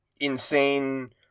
insane